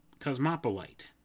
Cosmopolite